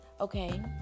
okay